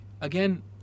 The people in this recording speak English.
again